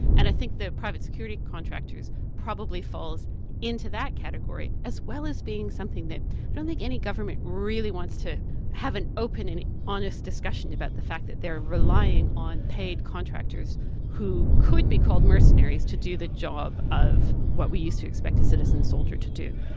and i think that private security contractors probably falls into that category, as well as being something that i don't think any government really wants to have an open and honest discussion about the fact that they are relying on paid contractors who could be called mercenaries to do the job of what we used to expect a citizen soldier to do.